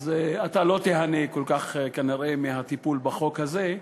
אז אתה לא תיהנה כל כך, כנראה, מהטיפול בחוק הזה.